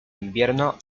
invierno